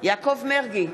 יעקב מרגי,